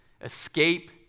escape